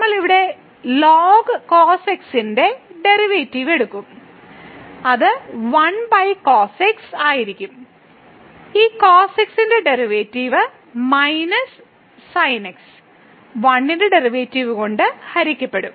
നമ്മൾ ഇവിടെ ln cos x ന്റെ ഡെറിവേറ്റീവ് എടുക്കും അത് 1 cos x ആയിരിക്കും ഈ cos x derivative -sin x 1 ന്റെ ഡെറിവേറ്റീവ് കൊണ്ട് ഹരിക്കപ്പെടും